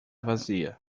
vazia